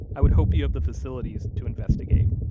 i would hope you have the facilities to investigate.